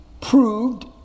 proved